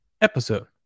episode